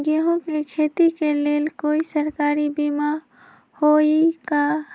गेंहू के खेती के लेल कोइ सरकारी बीमा होईअ का?